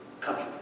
country